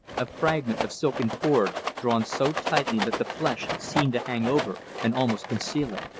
a fragment of silken cord, drawn so tightly that the flesh seemed to hang over and almost conceal it.